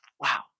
Wow